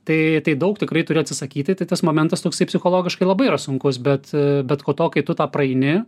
tai tai daug tikrai turi atsisakyti tai tas momentas toksai psichologiškai labai yra sunkus bet bet po to kai tu tą praeini